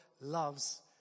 loves